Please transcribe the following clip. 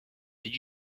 did